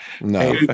No